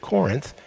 Corinth